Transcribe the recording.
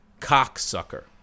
cocksucker